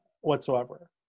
whatsoever